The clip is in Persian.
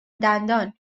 دندان